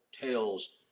Tales